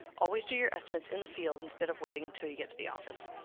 always do your estimates in the field instead of waiting until you get to the office.